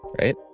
right